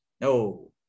No